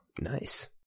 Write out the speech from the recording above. Nice